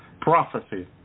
prophecy